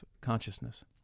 consciousness